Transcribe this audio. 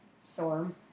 Storm